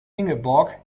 ingeborg